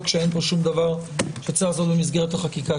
שאין פה שום דבר שצריך לעשות במסגרת החקיקה.